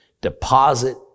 deposit